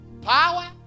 Power